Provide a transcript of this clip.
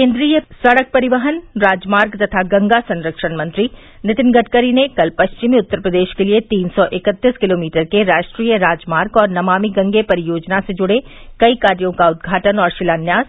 केन्द्रीय सड़क परिवहन राजमार्ग तथा गंगा संरक्षण मंत्री नितिन गड़करी ने कल पश्चिमी उत्तर प्रदेश के लिये तीन सौ इकतीस किलोमीटर के राष्ट्रीय राजमार्ग और नमामि गंगे परियोजना से जुड़े कई कार्यो का उद्घाटन और शिलान्यास